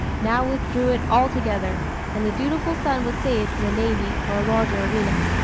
now withdrew it altogether and the dutiful son was saved from the navy for a larger arena.